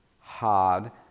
hard